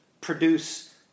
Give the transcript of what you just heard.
produce